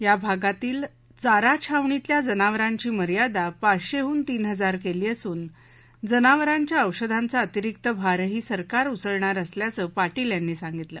या भागातील चारा छावणीतल्या जनावरांची मर्यादा पाचशेहून तीन हजार केली असून जनावरांच्या औषधांचा अतिरिक्त भारही सरकार उचलणार असल्याचं पाटील यांनी सांगितलं